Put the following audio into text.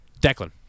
Declan